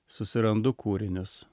susirandu kūrinius